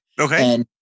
Okay